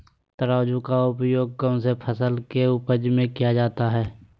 तराजू का उपयोग कौन सी फसल के उपज में किया जाता है?